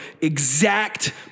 exact